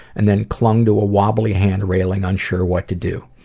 and then clung to a wobbly hand-railing unsure what to do.